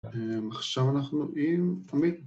עכשיו אנחנו עם תמיד